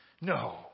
No